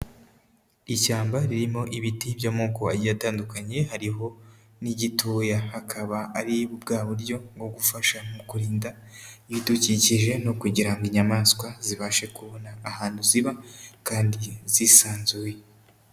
Ishyamba ririmo ibiti by'amoko agiye atandukanye hariho n'igitoya, hakaba ari bwa buryo bwo gufasha mu kurinda ibidukikije no kugira ngo inyamaswa zibashe kubona ahantu ziba kandi zisanzuye.